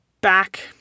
back